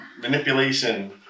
Manipulation